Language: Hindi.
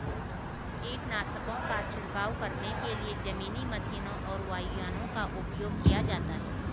कीटनाशकों का छिड़काव करने के लिए जमीनी मशीनों और वायुयानों का उपयोग किया जाता है